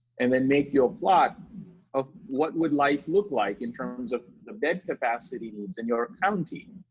and then make your plot of what would life look like in terms of bed capacity needs in your county,